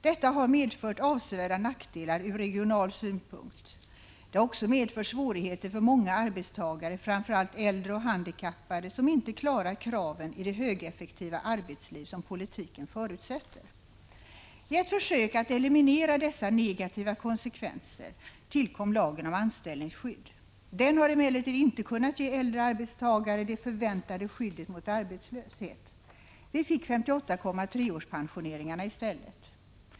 Detta har medfört avsevärda nackdelar från regional synpunkt. Det har också medfört svårigheter för många arbetstagare, framför allt äldre och handikappade, som inte klarar kraven i det högeffektiva arbetsliv som politiken förutsätter. I ett försök att eliminera dessa negativa konsekvenser tillkom lagen om anställningsskydd. Den har emellertid inte kunnat ge äldre arbetstagare det förväntade skyddet mot arbetslöshet. Vi fick 58,3-årspensioneringarna i stället.